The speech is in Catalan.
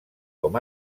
com